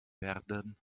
werden